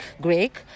Greek